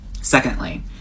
Secondly